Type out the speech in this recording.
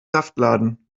saftladen